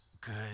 good